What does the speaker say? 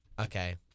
okay